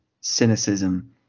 cynicism